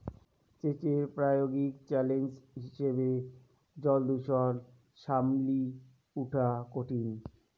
সেচের প্রায়োগিক চ্যালেঞ্জ হিসেবে জলদূষণ সামলি উঠা কঠিন